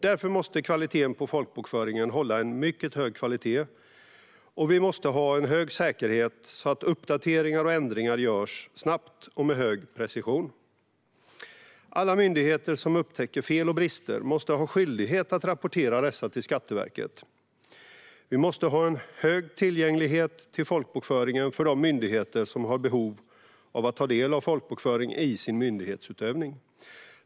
Därför måste folkbokföringen hålla en mycket hög kvalitet. Vi måste ha en hög säkerhet så att uppdateringar och ändringar görs snabbt och med stor precision. Alla myndigheter som upptäcker fel och brister måste ha skyldighet att rapportera dessa till Skatteverket. Vi måste ha en hög tillgänglighet till folkbokföringen för de myndigheter som har behov av att ta del av folkbokföringen i sin myndighetsutövning.